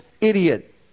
idiot